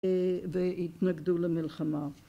והתנגדו למלחמה.